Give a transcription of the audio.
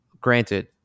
granted